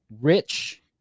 Rich